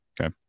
Okay